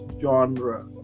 genre